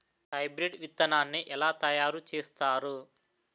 Hybrid విత్తనాన్ని ఏలా తయారు చేస్తారు?